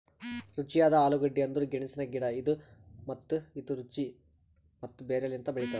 ರುಚಿಯಾದ ಆಲೂಗಡ್ಡಿ ಅಂದುರ್ ಗೆಣಸಿನ ಗಿಡ ಅದಾ ಮತ್ತ ಇದು ರುಚಿ ಮತ್ತ ಬೇರ್ ಲಿಂತ್ ಬೆಳಿತಾವ್